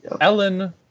Ellen